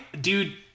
dude